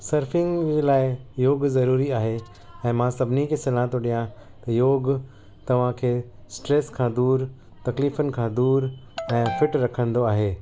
surfing लाइ योग ज़रूरी आहे ऐं मां सभिनी खे सलाह थो ॾियां त योग तव्हांखे स्ट्रैस खां दूरि तकलीफ़ुनि खां दूरि ऐं फिट रखंदो आहे